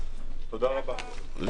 ננעלה בשעה 10:11.